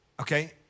Okay